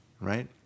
right